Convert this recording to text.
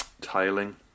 Tiling